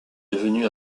devenu